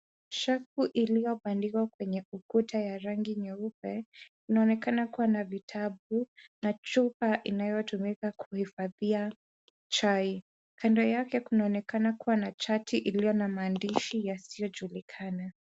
Shelf iliyovaliwa kwenye ukuta ya rangi nyeupe, inaonekana kuwa na vitabu na chupa inayotumika kuhifadhia chai. Kando yake kunaonekana kuwa na chati iliyo na maandishi yasiyojulikana.